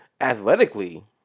athletically